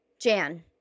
Jan